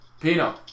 Pino